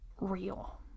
real